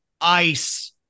ice